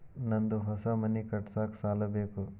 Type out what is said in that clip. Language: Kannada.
ನಂದು ಹೊಸ ಮನಿ ಕಟ್ಸಾಕ್ ಸಾಲ ಬೇಕು